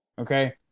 Okay